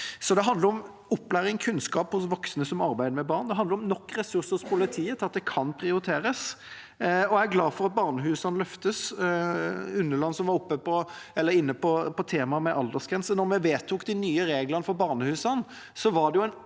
Det handler om opplæring og kunnskap hos voksne som arbeider med barn. Det handler om nok ressurser hos politiet til at det kan prioriteres. Jeg er også glad for at barnehusene løftes. Unneland var inne på temaet med aldersgrense. Da vi vedtok de nye reglene for barnehusene,